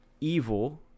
evil